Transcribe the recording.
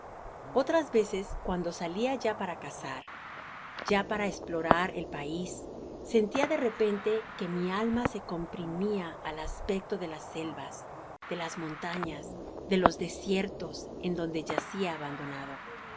otras veces cuando salia ya para cazar ya para esplorar el pais sentia de repente que mi alma se comprimia al aspeeto de las selvas de las montañas de los desiertos en donde yacia abandonado